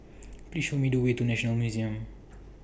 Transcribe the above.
Please Show Me The Way to National Museum